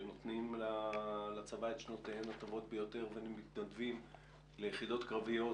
שנותנים לצבא את שנותיהם הטובות ביותר ומתנדבים ליחידות קרביות